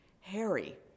Harry